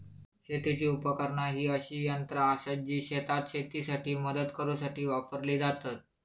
शेतीची उपकरणा ही अशी यंत्रा आसत जी शेतात शेतीसाठी मदत करूसाठी वापरली जातत